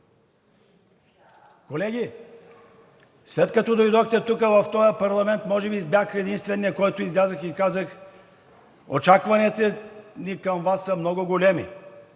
Колеги, след като дойдохте тук в този парламент, може би бях единственият, който излязох и казах: очакванията ни към Вас са много големи,